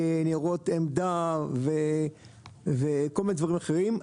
ניירות עמדה וכל מיני דברים אחרים.